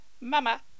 Mama